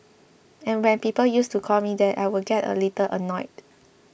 and when people used to call me that I would get a little annoyed